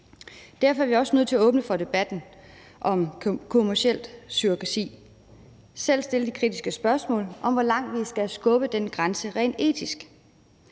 Derfor er vi også nødt til at åbne for debatten om kommerciel surrogati og selv stille de kritiske spørgsmål om, hvor langt vi skal skubbe den grænse rent etisk.